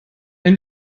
ein